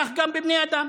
כך גם בבני אדם.